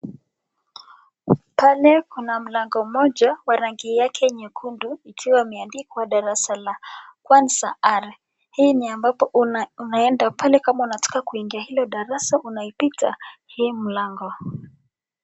Pale kuna mlango mmoja wa rangi yake nyekundu ikiwa imeandikwa darasa la kwanza R , hii ni ambapo unaenda pale kama unataka kuingia hilo darasa unaipita hii mlango.